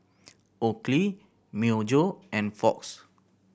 Oakley Myojo and Fox